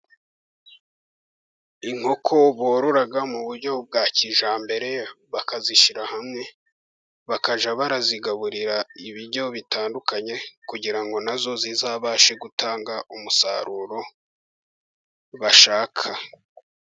Inkoko borora mu buryo bwa kijyambere, bakazishyira hamwe bakajya barazigaburira ibiryo bitandukanye, kugira ngo nazo zizabashe gutanga umusaruro bashaka.